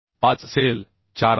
5 असेल 4 नाही